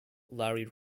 larry